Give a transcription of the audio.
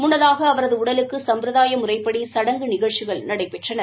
முன்னதாக அவரது உடலுக்கு சம்ப்ரதாய முறைப்படி சடங்கு நிகழ்ச்சிகள் நடைபெற்றன